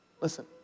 Listen